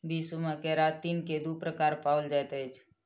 विश्व मे केरातिन के दू प्रकार पाओल जाइत अछि